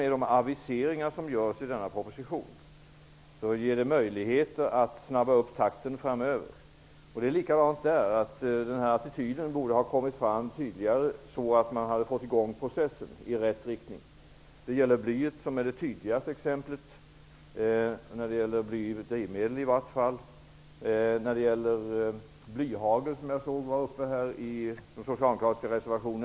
Men de aviseringar som görs i denna proposition ger oss möjligheter att snabba upp takten framöver. Den attityden borde ha kommit fram tidigare så att vi kunde ha fått i gång processen i rätt riktning. Blyet -- åtminstone bly i drivmedel-- är det tydligaste exemplet. Jag såg att frågan om blyhagel tas upp i en socialdemokratisk reservation.